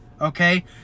okay